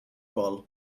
pearl